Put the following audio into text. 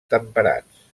temperats